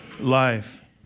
life